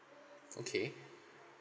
okay